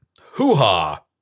Hoo-ha